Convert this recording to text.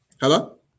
Hello